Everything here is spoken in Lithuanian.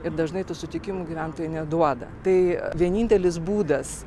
ir dažnai tų sutikimų gyventojai neduoda tai vienintelis būdas